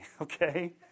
okay